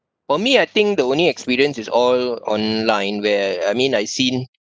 for me I think the only experience is all online where I mean I seen